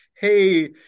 hey